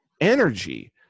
energy